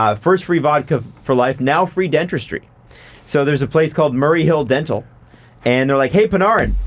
um first free vodka for life, now free dentistry so there's place called murray hill dental and they're like, hey, panarin!